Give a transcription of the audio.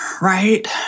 Right